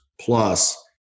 plus